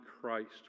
Christ